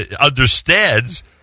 understands